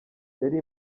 yari